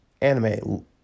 anime